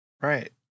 Right